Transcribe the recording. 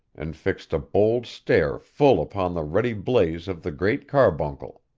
and fixed a bold stare full upon the ruddy blaze of the great carbuncle.